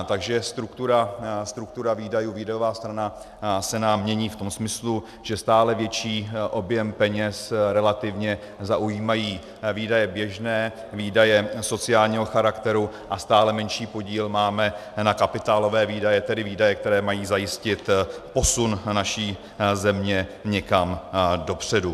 Takže struktura výdajů, výdajová strana, se nám mění v tom smyslu, že stále větší objem peněz relativně zaujímají výdaje běžné, výdaje sociálního charakteru a stále menší podíl máme na kapitálové výdaje, tedy výdaje, které mají zajistit posun naší země někam dopředu.